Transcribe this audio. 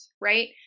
right